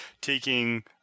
taking